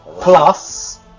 Plus